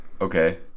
Okay